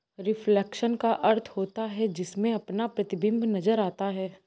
reflection का अर्थ होता है जिसमें अपना प्रतिबिंब नजर आता है